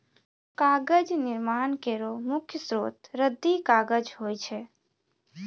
कागज निर्माण केरो मुख्य स्रोत रद्दी कागज होय छै